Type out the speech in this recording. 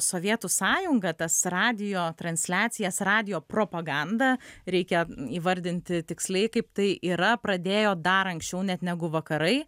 sovietų sąjunga tas radijo transliacijas radijo propagandą reikia įvardinti tiksliai kaip tai yra pradėjo dar anksčiau net negu vakarai